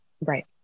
right